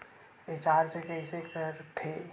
Recharge कइसे कर थे?